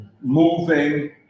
moving